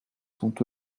sont